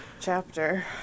chapter